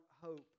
hope